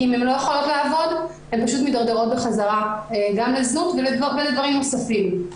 אם הן לא יכולות לעבוד הן פשוט מדרדרות חזרה גם לזנות ולדברים נוספים.